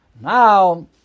Now